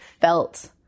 felt